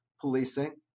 policing